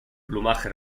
plumaje